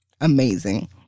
amazing